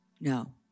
no